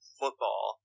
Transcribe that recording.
football